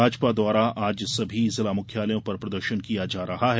भाजपा द्वारा आज सभी जिला मुख्यालयों पर प्रदर्शन किया जा रहा है